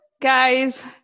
guys